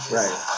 right